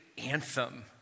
Anthem